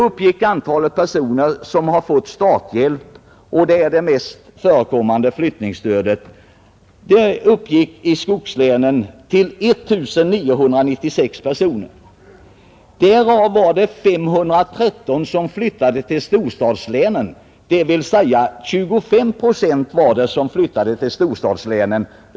Under denna tid fick 1 966 personer i skogslänen starthjälp — den vanligaste formen för flyttningsstöd. Av dessa flyttade 513, dvs. 25 procent, till storstadslänen.